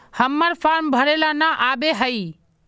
हम्मर फारम भरे ला न आबेहय?